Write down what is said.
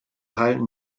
teil